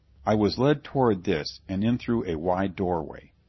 i was led toward this and in through a wide doorway.